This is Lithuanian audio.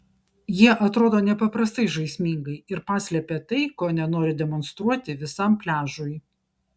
jie atrodo nepaprastai žaismingai ir paslepia tai ko nenori demonstruoti visam pliažui